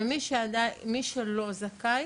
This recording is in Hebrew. ומי שלא זכאי